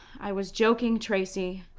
i was joking tracy.